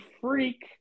Freak